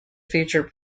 featured